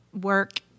work